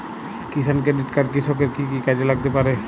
কিষান credit card কৃষকের কি কি কাজে লাগতে পারে?